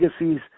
legacies